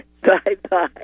Bye-bye